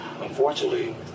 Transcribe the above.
unfortunately